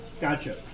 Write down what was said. Gotcha